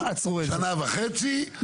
שנה וחצי,